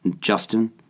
Justin